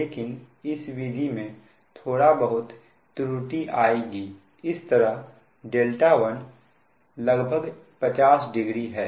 लेकिन इस विधि में थोड़ा बहुत त्रुटि आएगी इस तरह δ1 लगभग 500 है